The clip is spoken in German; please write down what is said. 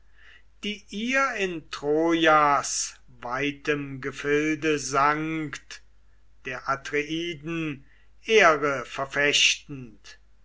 die ihr in trojas weitem gefilde sankt der atreiden ehre verfechtend